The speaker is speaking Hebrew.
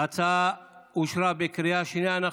ההצעה אושרה בקריאה שנייה.